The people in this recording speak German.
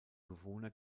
bewohner